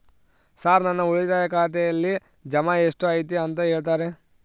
Sir ನನ್ನ ಉಳಿತಾಯ ಖಾತೆಯಲ್ಲಿ ಜಮಾ ಎಷ್ಟು ಐತಿ ಅಂತ ಹೇಳ್ತೇರಾ?